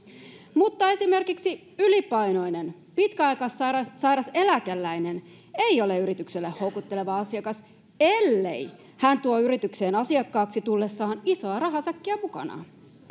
mutta esimerkiksi ylipainoinen pitkäaikaissairas eläkeläinen ei ole yritykselle houkutteleva asiakas ellei hän tuo yritykseen asiakkaaksi tullessaan isoa rahasäkkiä mukanaan